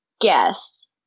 guess